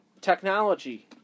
technology